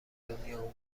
دنیا